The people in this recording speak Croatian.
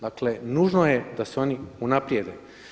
Dakle, nužno je da se oni unaprijede.